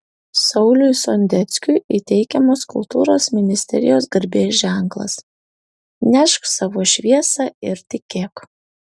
sauliui sondeckiui įteikiamas kultūros ministerijos garbės ženklas nešk savo šviesą ir tikėk